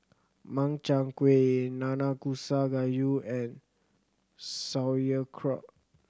Makchang Gui Nanakusa Gayu and Sauerkraut